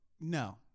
No